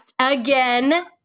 Again